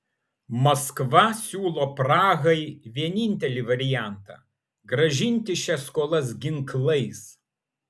maskva siūlo prahai vienintelį variantą grąžinti šias skolas ginklais